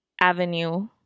avenue